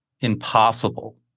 impossible